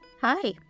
Hi